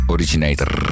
Originator